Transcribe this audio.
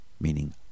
meaning